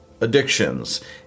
addictions